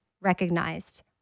recognized